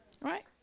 right